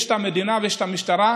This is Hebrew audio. יש את המדינה ויש את המשטרה,